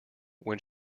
when